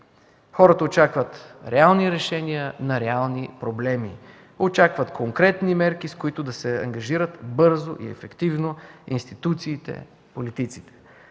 Хората очакват реални решения на реални проблеми, очакват конкретни мерки, с които да се ангажират бързо и ефективно институциите, политиците,